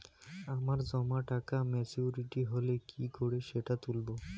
আমার জমা টাকা মেচুউরিটি হলে কি করে সেটা তুলব?